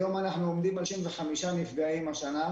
היום אנחנו עומדים על 35 נפגעים ברמה